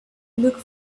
look